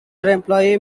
employer